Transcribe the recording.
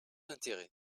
d’intérêt